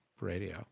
Radio